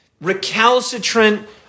recalcitrant